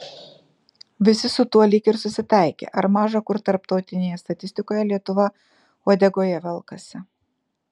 visi su tuo lyg ir susitaikė ar maža kur tarptautinėje statistikoje lietuva uodegoje velkasi